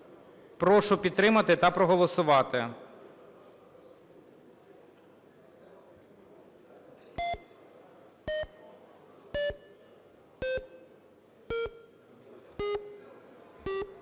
Прошу підтримати та проголосувати.